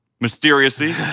mysteriously